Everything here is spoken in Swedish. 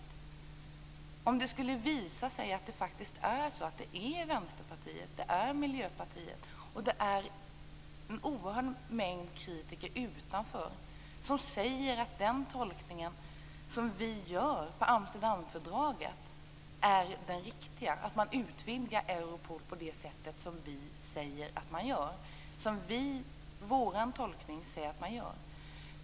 Låt oss säga att det sedan skulle visa sig att det faktiskt är så som Vänsterpartiet, Miljöpartiet och en oerhörd mängd kritiker utanför säger, att vår tolkning av Amsterdamfördraget är den riktiga. Låt oss säga att detta fördrag utvidgar Europol på det sätt som vår tolkning säger.